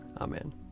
Amen